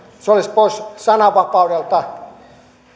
se olisi pois sananvapaudelta